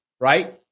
right